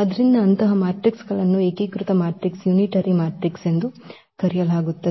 ಆದ್ದರಿಂದ ಅಂತಹ ಮ್ಯಾಟ್ರಿಕ್ಗಳನ್ನು ಏಕೀಕೃತ ಮ್ಯಾಟ್ರಿಕ್ಸ್ ಎಂದು ಕರೆಯಲಾಗುತ್ತದೆ